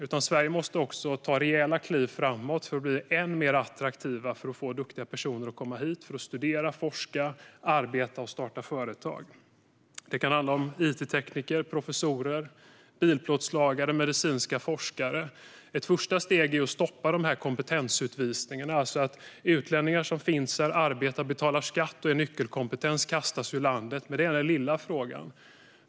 Sverige måste också ta rejäla kliv framåt för att bli än mer attraktivt, så att man kan få duktiga personer att komma hit för att studera, forska, arbeta och starta företag. Det kan handla om it-tekniker, professorer, bilplåtslagare och medicinska forskare. Ett första steg är att stoppa kompetensutvisningarna - det är alltså när utlänningar som finns här, arbetar, betalar skatt och utgör nyckelkompetens kastas ut ur landet. Men det är den lilla frågan.